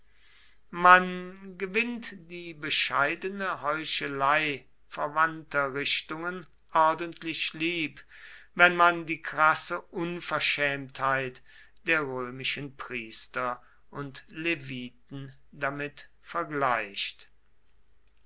man gewinnt die bescheidene heuchelei verwandter richtungen ordentlich lieb wenn man die krasse unverschämtheit der römischen priester und leviten damit vergleicht